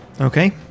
okay